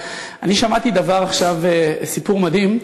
אני שמעתי עכשיו סיפור מדהים,